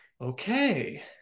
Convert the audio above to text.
Okay